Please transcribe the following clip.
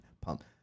pump